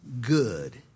good